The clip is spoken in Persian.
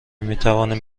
میتوانیم